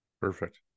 perfect